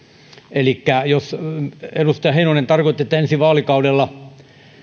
elikkä jos edustaja heinonen tarkoitti että ensi vaalikaudella